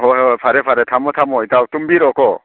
ꯍꯣꯏ ꯍꯣꯏ ꯐꯔꯦ ꯐꯔꯦ ꯊꯝꯃꯣ ꯊꯝꯃꯣ ꯏꯇꯥꯎ ꯇꯨꯝꯕꯤꯔꯣꯀꯣ